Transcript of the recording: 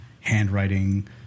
handwriting